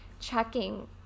checking